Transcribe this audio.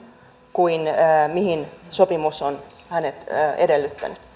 kuin mihin sopimus on hänet edellyttänyt